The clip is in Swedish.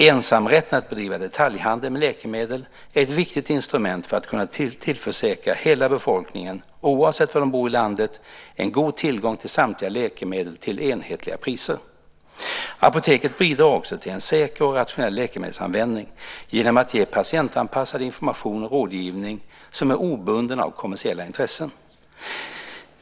Ensamrätten att bedriva detaljhandel med läkemedel är ett viktigt instrument för att kunna tillförsäkra hela befolkningen, oavsett var de bor i landet, en god tillgång till samtliga läkemedel till enhetliga priser. Apoteket bidrar också till en säker och rationell läkemedelsanvändning genom att ge patientanpassad information och rådgivning som är obunden av kommersiella intressen.